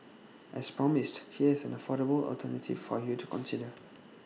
as promised here is an affordable alternative for you to consider